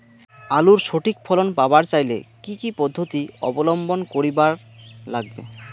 আলুর সঠিক ফলন পাবার চাইলে কি কি পদ্ধতি অবলম্বন করিবার লাগবে?